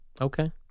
Okay